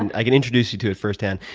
and i can introduce you to it firsthand.